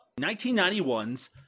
1991's